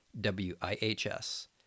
WIHS